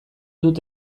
dut